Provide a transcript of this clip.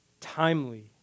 timely